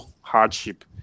hardship